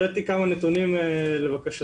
הבאתי כמה נתונים לבקשתכם.